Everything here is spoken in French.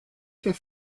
fait